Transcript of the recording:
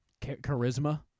Charisma